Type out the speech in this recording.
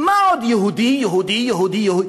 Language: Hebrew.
מה עוד יהודי, יהודי, יהודי, יהודי?